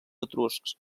etruscs